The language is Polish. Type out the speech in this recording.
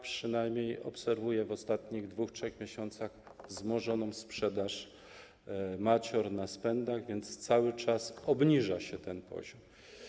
Przynajmniej ja obserwuję w ostatnich 2–3 miesiącach wzmożoną sprzedaż macior na spędach, więc cały czas obniża się ten poziom.